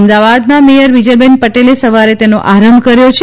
અમદાવાદના મેયર બીજલ પટેલે સવારે તેનો આરંભ કર્યો છે